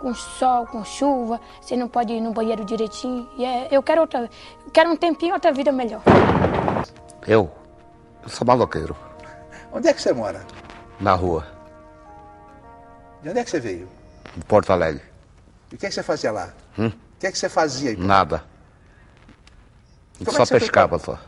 Com sol, com chuva, você não pode ir no banheiro direitinho. E é- eu quero outra- quero um tempinho, outra vida melhor. Eu? Eu sou maloqueiro. Onde é que você mora? Na rua. De onde é que você veio? De Porto Alegre. E o que é que você fazia lá? Hum? O que é que você fazia aí? Nada. E como é Só que você foi- pescava só.